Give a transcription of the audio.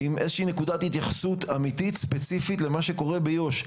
איזושהי נקודת התייחסות אמיתית ספציפית למה שקורה ביו"ש,